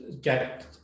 get